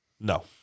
No